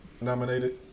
nominated